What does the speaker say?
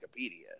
wikipedia